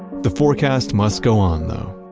the forecast must go on though,